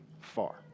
far